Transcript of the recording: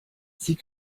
sie